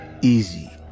easy